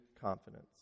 confidence